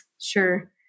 Sure